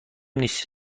نیست